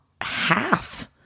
half